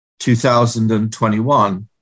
2021